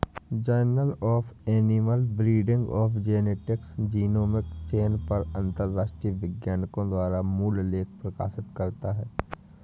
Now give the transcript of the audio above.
journal of animal breeding and genetics genomic चयन पर अंतरराष्ट्रीय वैज्ञानिकों द्वारा मूल लेख प्रकाशित करता है